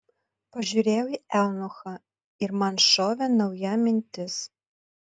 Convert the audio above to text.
pažiūrėjau į eunuchą ir man šovė nauja mintis